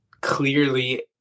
clearly